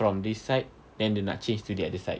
from this side then dia nak change to the other side